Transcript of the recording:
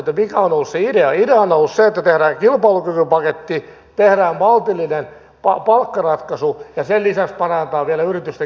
idea on ollut se että tehdään kilpailukykypaketti tehdään maltillinen palkkaratkaisu ja sen lisäksi parannetaan vielä yritysten kilpailukykyä